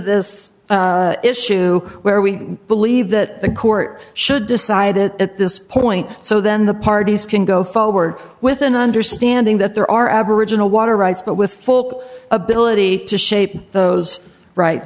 this issue where we believe that the court should decide it at this point so then the parties can go forward with an understanding that there are aboriginal water rights but with full ability to shape